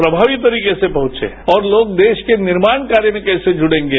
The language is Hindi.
प्रभावी तरीके से पहुंचे और लोग देश के निर्माण कार्य में कैसे जुड़ेगे